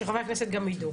שחברי הכנסת גם ידעו,